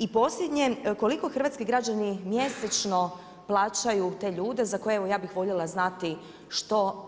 I posljednje koliko hrvatski građani mjesečno plaćaju te ljude za koje evo ja bih voljela znati što